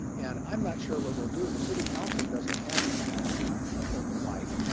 and i'm not sure what we'll do. the city council doesn't have these kinds of of open mic.